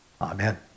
Amen